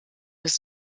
des